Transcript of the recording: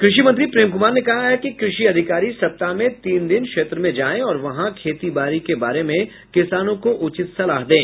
कृषि मंत्री प्रेम कुमार ने कहा है कि कृषि अधिकारी सप्ताह में तीन दिन श्रेत्र में जाएं और वहां खेतीबारी के बारे में किसानों को उचित सलाह दें